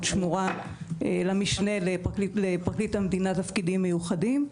שמורה למשנה לפרקליט המדינה תפקידים מיוחדים,